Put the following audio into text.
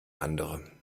andere